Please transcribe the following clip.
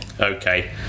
Okay